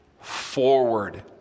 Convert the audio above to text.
forward